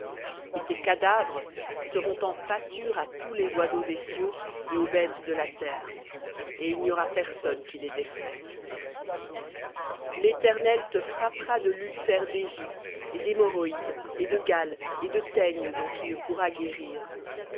tes cadavres seront en pâture à tous les oiseaux des cieux et aux bêtes de la terre et il n'y aura personne qui les effraye léternel te frappera de l'ulcère d'égypte et d'hémorroïdes et de gale et de teigne dont tu ne pourras guérir